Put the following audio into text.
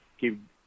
keep